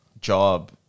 job